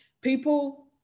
people